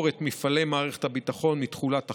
את מפעלי מערכת הביטחון מתחולת החוק.